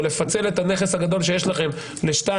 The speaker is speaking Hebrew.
לפצל את הנכס הגדול שיש לכם לשניים,